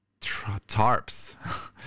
tarps